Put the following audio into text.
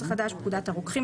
התשל"ט 1979 ; (9)פקודת הרוקחים ,